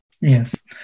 Yes